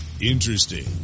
Interesting